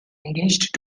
engaged